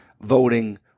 voting